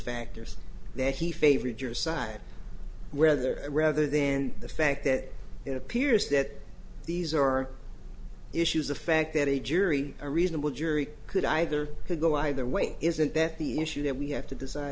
factors that he favored your side whether rather then the fact that it appears that these are issues the fact that a jury a reasonable jury could either go either way is a that the issue that we have to decide